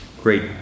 Great